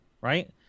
right